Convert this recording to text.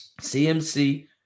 CMC